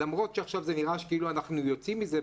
למרות שנראה שאנחנו נמצאים בתהליך יציאה,